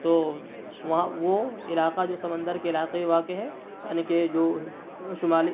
تو وہاں وہ علاقہ جو سمندر کے علاقے میں واقع ہے یعنی کہ جو شمالی